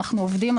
אנחנו עובדים,